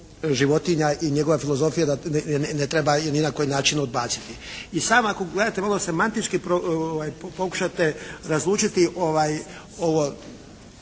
životinja i njegova filozofija je da ne treba ni na koji način odbaciti. I samo ako gledate malo semantički pokušate razlučiti ovo